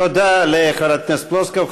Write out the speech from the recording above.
תודה לחברת הכנסת פלוסקוב.